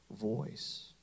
voice